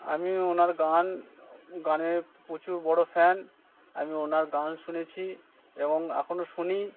আমি ওনার গান গানের প্রচুর বড়ো ফ্যান আমি ওনার গান শুনেছি এবং এখনো শুনি